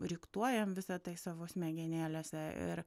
riktuojam visa tai savo smegenėlėse ir